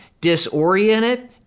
disoriented